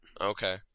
Okay